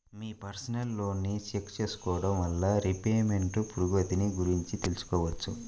మీ personal లోన్ని check చేసుకోడం వల్ల రీపేమెంట్ పురోగతిని గురించి తెలుసుకోవచ్చు